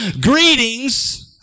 Greetings